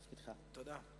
תודה.